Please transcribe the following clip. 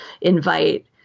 invite